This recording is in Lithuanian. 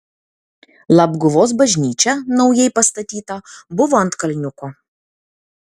labguvos bažnyčia naujai pastatyta buvo ant kalniuko